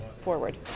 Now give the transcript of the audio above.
forward